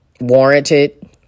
warranted